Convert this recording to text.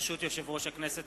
ברשות יושב-ראש הכנסת,